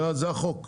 זה החוק.